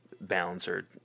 balancer